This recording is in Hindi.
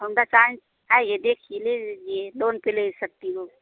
होंडा शाइन आइए देखिए ले लीजिए लोन पर ले सकती हो